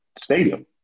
stadium